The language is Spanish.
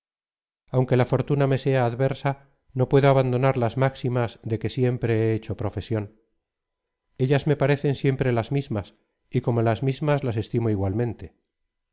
aunque la fortuna me sea adversa no puedo abandonar las máximas de que siempre he hecho profesión ellas me parecen siempre las mismas y como las mismas las estimo igualmente